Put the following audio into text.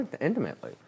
intimately